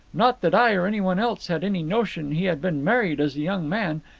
not that i or anyone else had any notion he had been married as a young man,